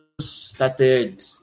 started